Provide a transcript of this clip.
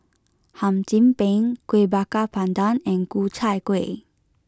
Hum Chim Peng Kueh Bakar Pandan and Ku Chai Kueh